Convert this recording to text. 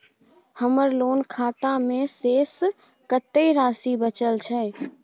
हमर लोन खाता मे शेस कत्ते राशि बचल छै?